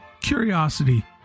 curiosity